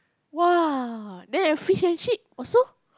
!wah! then and fish and chip also